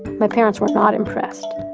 my parents were not impressed.